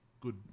good